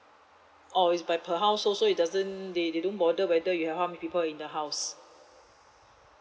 orh is by per household so it doesn't they they don't bother whether you have how many people in the house